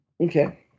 Okay